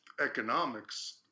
economics